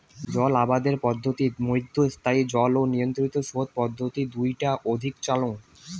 জল আবাদের পদ্ধতিত মইধ্যে স্থায়ী জল ও নিয়ন্ত্রিত সোত পদ্ধতি দুইটা অধিক চলাং